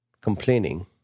complaining